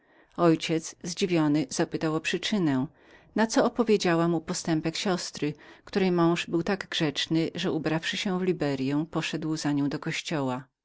ojciec mój zdziwiony zapytał o przyczynę na co opowiedziała mu postępek siostry i jak mąż tejże był tak grzecznym że ubrawszy się w liberyę poszedł za nią do kościoła